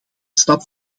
stap